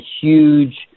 huge